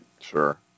Sure